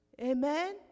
Amen